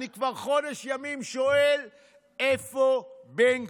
אני כבר חודש ימים שואל איפה בן גביר.